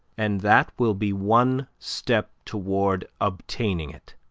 and that will be one step toward obtaining it.